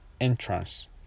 entrance